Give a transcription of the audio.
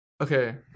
Okay